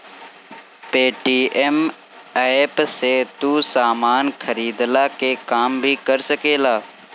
Paytm app से तू सामान खरीदला के काम भी कर सकेला